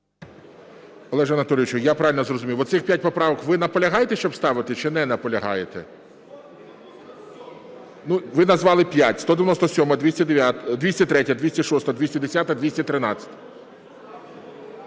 Олеже Анатолійовичу, я правильно зрозумів, оцих п'ять поправок, ви наполягаєте, щоб ставити, чи не наполягаєте? Ви назвали п'ять: 197-а, 203-я, 206-а, 210-а, 213-а.